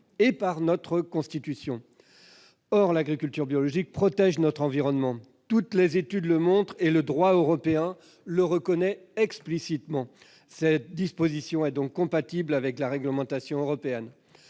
et par notre Constitution. Or l'agriculture biologique protège notre environnement, toutes les études le montrent et le droit européen le reconnaît explicitement. Cette disposition est donc compatible avec la réglementation européenne.